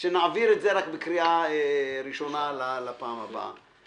שנעביר את זה רק בקריאה ראשונה לפעם הבאה.